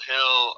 Hill